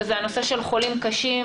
וזה הנושא של חולים קשים